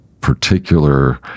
particular